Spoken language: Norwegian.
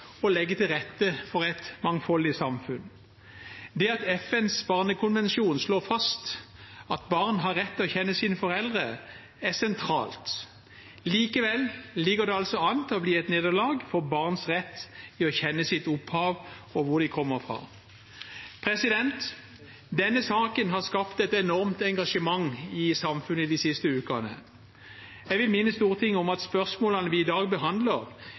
legge til rette for et mangfoldig samfunn. Det at FNs barnekonvensjon slår fast at barn har rett til å kjenne sine foreldre, er sentralt. Likevel ligger det altså an til å bli et nederlag for barns rett til å kjenne sitt opphav og hvor de kommer fra. Denne saken har skapt et enormt engasjement i samfunnet i de siste ukene. Jeg vil minne Stortinget om at spørsmålene vi i dag behandler,